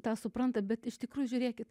tą supranta bet iš tikrųjų žiūrėkit